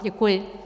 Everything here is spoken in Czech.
Děkuji.